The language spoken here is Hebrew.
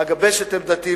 אגבש את עמדתי.